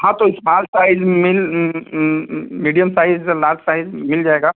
हाँ तो small size मिल मीडियम साइज़ और लार्ज साइज मिल जाएगा